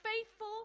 faithful